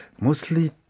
Mostly